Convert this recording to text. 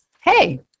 hey